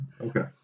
Okay